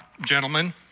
gentlemen